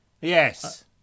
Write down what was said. Yes